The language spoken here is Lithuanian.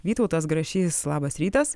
vytautas grašys labas rytas